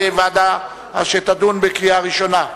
בוועדה שתדון בקריאה ראשונה.